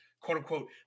quote-unquote